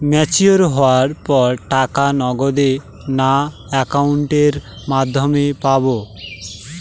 Mature হওয়ার পর টাকা নগদে না অ্যাকাউন্টের মাধ্যমে পাবো?